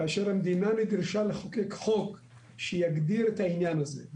כאשר המדינה נדרשה לחוקק חוק שיגדיר את העניין הזה.